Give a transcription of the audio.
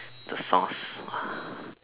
the sauce